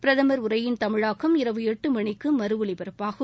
பிரதமர் உரையின் தமிழாக்கம் இரவு எட்டு மணிக்கு மறு ஒலிபரப்பாகும்